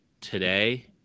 today